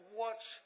watch